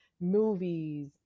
movies